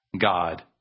God